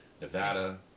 Nevada